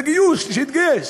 לגיוס, שיתגייס.